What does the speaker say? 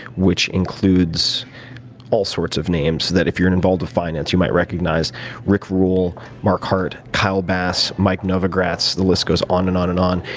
which includes all sorts of names that if you're and involved with finance, you might recognize rick rule, mark hart, kyle bass, mike novogratz. the list goes on and on and on,